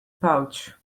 pouch